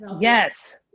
yes